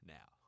Now